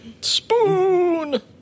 Spoon